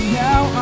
now